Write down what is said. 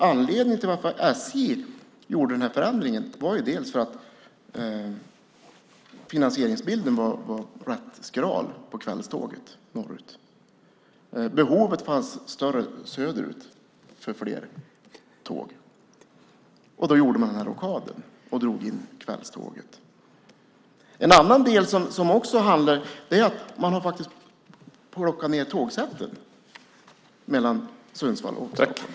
Anledningen till att SJ gjorde den här förändringen var ju att finansieringsbilden på kvällståget norrut var rätt skral. Behovet av fler tåg var större söderut. Därför drog man in kvällståget. Man har faktiskt plockat ned tågsättet mellan Sundsvall och Stockholm.